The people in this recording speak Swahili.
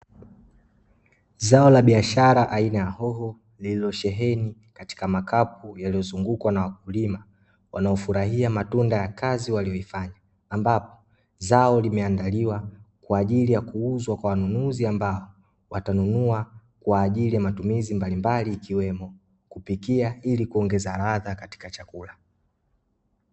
Zao la biashara aina ya hoho, lililosheheni katika makapu yaliyozungukwa na wakulima, wanaofurahia matunda ya kazi waliyoifanya, ambapo; zao limeandaliwa kwa ajili ya kuuzwa kwa wanunuzi ambao watanunua kwa ajili ya matumizi mbalimbali ikiwemo kupikia ili kuongeza ladha katika chakula.